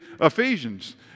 Ephesians